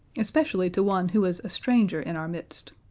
especially to one who is a stranger in our midst.